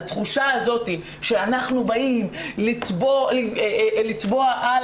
התחושה הזאת שאנחנו באים וצובאים על